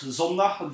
zondag